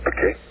Okay